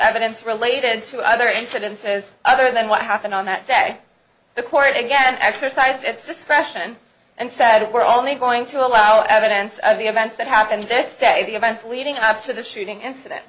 evidence related to other incidences other than what happened on that day the court again exercised its discretion and said we're all me going to allow evidence of the events that happened to this day the events leading up to the shooting incident